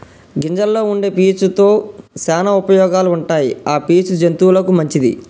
గింజల్లో వుండే పీచు తో శానా ఉపయోగాలు ఉంటాయి ఆ పీచు జంతువులకు మంచిది